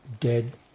dead